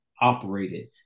operated